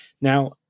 Now